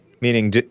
meaning